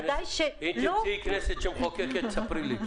אם תמצאי כנסת שמחוקקת, תספרי לי.